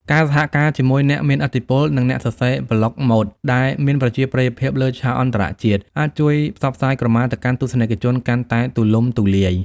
ការសហការជាមួយ អ្នកមានឥទ្ធិពល និងអ្នកសរសេរប្លុកម៉ូដ ដែលមានប្រជាប្រិយភាពលើឆាកអន្តរជាតិ អាចជួយផ្សព្វផ្សាយក្រមាទៅកាន់ទស្សនិកជនកាន់តែទូលំទូលាយ។